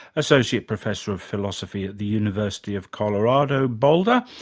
associate professor of philosophy at the university of colorado, boulder,